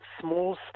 small